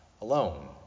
alone